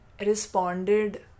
responded